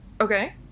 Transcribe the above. Okay